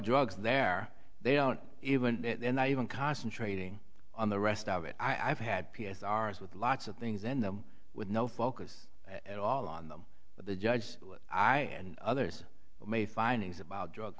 drugs there they don't even and i even concentrating on the rest of it i've had p s r s with lots of things in them with no focus at all on them but the judge i and others may findings about drug